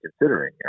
considering